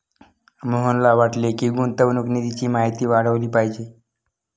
मोहनला वाटते की, गुंतवणूक निधीची माहिती वाढवली पाहिजे